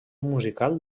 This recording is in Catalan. musical